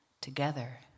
together